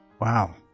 Wow